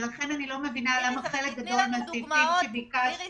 ולכן אני לא מבינה למה חלק גדול מהסעיפים שביקשת פה --- איריס,